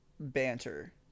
Banter